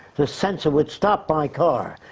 the sensor would stop my car.